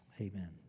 Amen